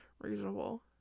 Reasonable